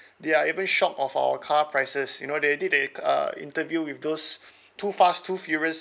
there are even shock of our car prices you know they did a a interview with those too fast too furious